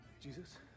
Jesus